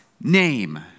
name